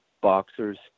boxers